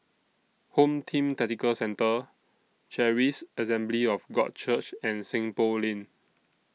Home Team Tactical Centre Charis Assembly of God Church and Seng Poh Lane